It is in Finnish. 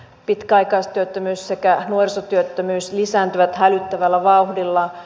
pitkäaikaistyöttömyys sekä nuorisotyöttömyys lisääntyvät hälyttävällä vauhdilla